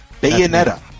Bayonetta